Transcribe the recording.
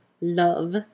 love